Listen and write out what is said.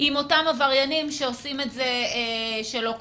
עם אותם עבריינים שעושים את זה שלא כדין.